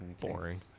Boring